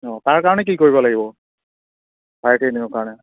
অঁ তাৰ কাৰণে কি কৰিব লাগিব ফায়াৰ ট্ৰেইনিঙৰ কাৰণে